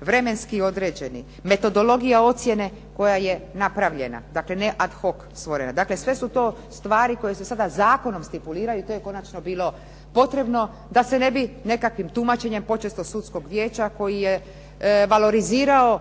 vremenski određeni, metodologija ocjene koja je napravljena, dakle ne ad hoc stvorena. Dakle, sve su to stvari koje se sada zakonom stipuliraju i to je konačno bilo potrebno da se ne bi nekakvim tumačenjem, počesto Sudskog vijeća koji je valorizirao